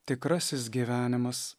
tikrasis gyvenimas